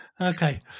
Okay